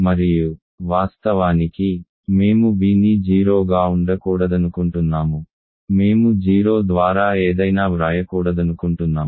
మరియు వాస్తవానికి మేము b ని 0 గా ఉండకూడదనుకుంటున్నాము మేము 0 ద్వారా ఏదైనా వ్రాయకూడదనుకుంటున్నాము